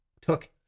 took